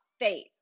faith